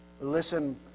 Listen